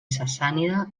sassànida